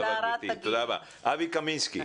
אבי קמינסקי.